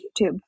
YouTube